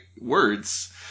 words